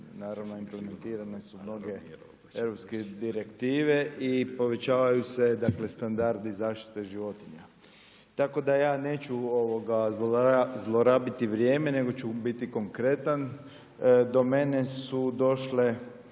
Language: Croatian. naravno implementirane su mnoge europske direktive i povećavaju su dakle standardi zaštite životinja. Tako da ja neću zlorabiti vrijeme, nego ću biti konkretan. Do mene su došli